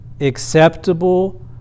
acceptable